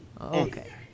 Okay